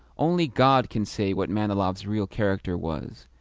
only god can say what manilov's real character was.